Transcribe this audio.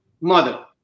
mother